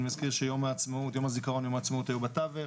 אני מזכיר שיום הזיכרון-יום העצמאות היו בתווך,